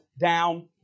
down